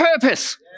purpose